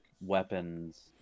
weapons